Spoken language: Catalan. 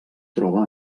troba